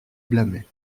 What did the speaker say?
blâmait